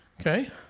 okay